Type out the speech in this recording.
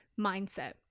mindset